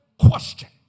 question